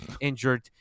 injured